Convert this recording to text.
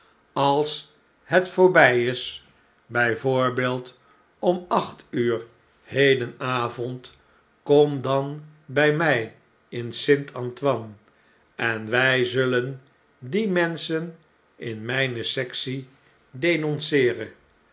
als het voorbjj is bfl voorbeeld om acht uur hedenavond kom dan bij m in s t a n t o i n e en wij zullen die menschen in tupe sectie